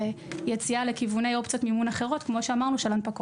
ליציאה לכיווני אופציות מימון אחרות כמו הנפקות.